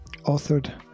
authored